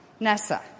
NASA